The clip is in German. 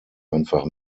einfach